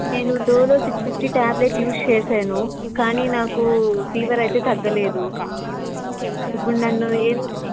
నేను Dolo six fifty tablet use చేసాను కానీ నాకు ఫివర్ అయితే తగ్గలేదు ఇప్పుడు నన్ను ఏమి